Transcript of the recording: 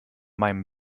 meinem